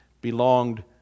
belonged